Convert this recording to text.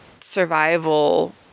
survival